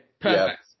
Perfect